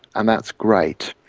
and that's great.